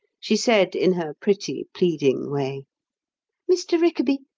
she said, in her pretty, pleading way mr. rickaby,